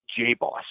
jboss